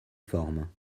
forme